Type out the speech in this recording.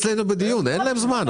אין להם זמן.